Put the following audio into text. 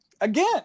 again